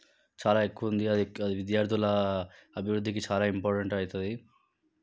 చాలా ఎక్కువ ఉంది అది అది విద్యార్థుల అభివృద్ధికి చాలా ఇంపార్టెంట్ అవుతుంది